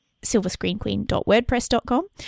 silverscreenqueen.wordpress.com